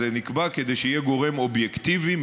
זה נקבע כדי שיהיה גורם אובייקטיבי,